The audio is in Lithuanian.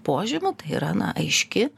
požymių tai yra na aiški